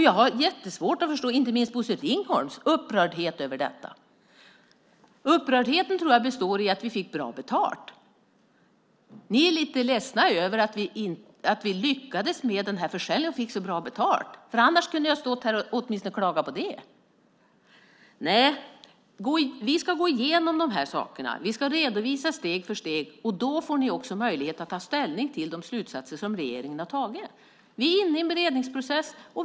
Jag har svårt att förstå inte minst Bosse Ringholms upprördhet över detta. Jag tror att upprördheten beror på att vi fick bra betalt. Ni är lite ledsna över att vi lyckades med försäljningen och fick så bra betalt, annars kunde jag åtminstone ha klagat på det. Nej, vi ska gå igenom dessa saker. Vi ska redovisa steg för steg. Då får ni också möjlighet att ta ställning till de slutsatser som regeringen har dragit. Vi är inne i en beredningsprocess.